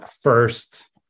first